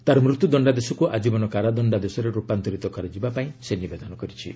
ତାର ମୃତ୍ୟୁଦଣ୍ଡାଦେଶକୁ ଆକୀବନ କାରାଦଣ୍ଡାଦେଶରେ ରୂପାନ୍ତରିତ କରାଯିବା ପାଇଁ ସେ ନିବେଦନ କରିଛି